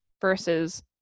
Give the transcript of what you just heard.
versus